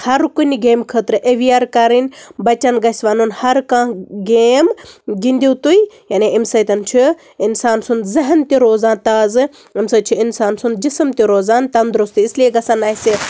ہَرٕ کُنہِ گیمہِ خٲطرٕ اٮ۪وِیَر کَرٕنۍ بَچَن گژھِ وَنُن ہَرٕ کانٛہہ گیم گِنٛدِو تُہۍ یعنۍ امہِ سۭتۍ چھُ اِنسان سُنٛد ذہن تہِ روزان تازٕ امہِ سۭتۍ چھُ اِنسان سُنٛد جسِم تہِ روزان تنٛدرُستہٕ اِسلیے گژھَن اَسہِ